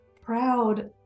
proud